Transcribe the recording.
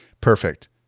Perfect